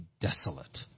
desolate